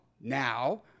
Now